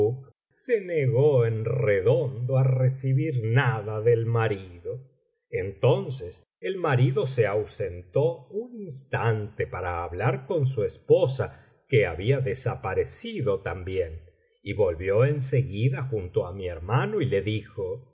se negó en redondo á recibir nada del marido entonces el marido se ausentó un instante para hablar con su esposa que había desaparecido también y volvió en seguida junto á mi hermano y le dijo